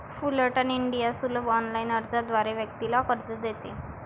Fullerton India सुलभ online अर्जाद्वारे व्यक्तीला कर्ज देते